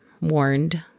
warned